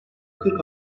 kırk